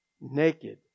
naked